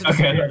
Okay